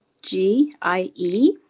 G-I-E